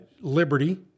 Liberty